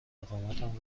اقامتم